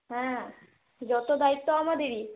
হ্যাঁ যতো দায়িত্ব আমাদেরই